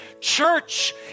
Church